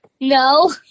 no